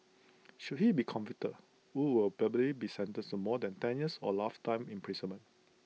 should he be convicted wu will probably be sentenced to more than ten years or lifetime imprisonment